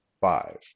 five